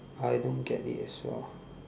I don't get it as well